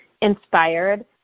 inspired